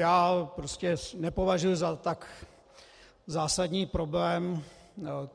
Já prostě nepovažuji za tak zásadní problém